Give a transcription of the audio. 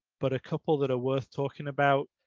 but a couple that are worth talking about.